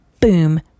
boom